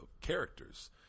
characters